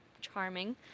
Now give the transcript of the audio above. charming